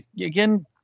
again